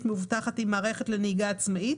מאובטחת עם מערכת לנהיגה עצמאית,